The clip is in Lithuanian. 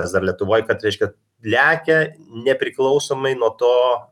vis dar lietuvoj kad reiškia lekia nepriklausomai nuo to